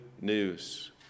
news